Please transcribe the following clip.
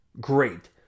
great